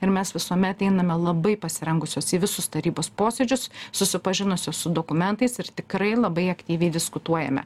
ir mes visuomet einame labai pasirengusios į visus tarybos posėdžius susipažinusios su dokumentais ir tikrai labai aktyviai diskutuojame